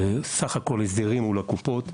זה סך הכול הסדרים מול הקופות.